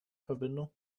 verbindung